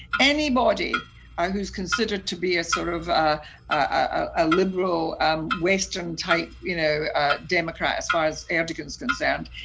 anybody ah who is considered to be a sort of ah ah liberal um western-type you know democrat, as far as and erdogan is concerned,